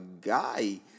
guy